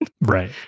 Right